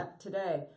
today